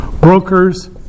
brokers